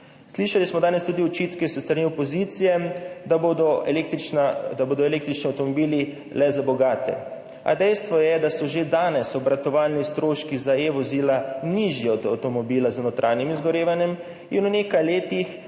slišali tudi očitke s strani opozicije, da bodo električni avtomobili le za bogate, a dejstvo je, da so že danes obratovalni stroški za e-vozila nižji od avtomobila z notranjim izgorevanjem in v nekaj letih